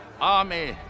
army